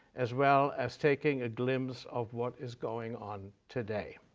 as well as taking a glimpse of what is going on today.